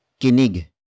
kinig